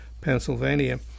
Pennsylvania